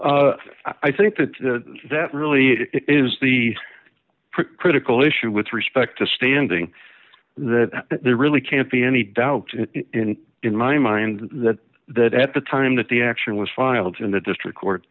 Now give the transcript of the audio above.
me i think that that really is the critical issue with respect to standing that there really can't be any doubt in my mind that that at the time that the action was filed in the district court